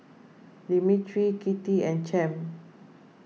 Demetri Kitty and Champ